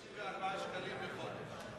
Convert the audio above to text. זה 154 שקלים לחודש.